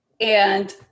and-